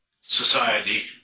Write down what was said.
society